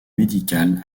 médicale